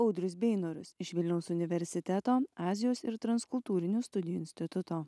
audrius beinorius iš vilniaus universiteto azijos ir transkultūrinių studijų instituto